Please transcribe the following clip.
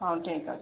ହଁ ଠିକ୍ ଅଛି